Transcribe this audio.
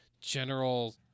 general